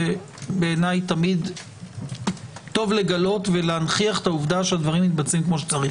זה בעיניי תמיד טוב לגלות ולהנכיח את העובדה שהדברים מתבצעים כמו שצריך.